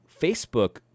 Facebook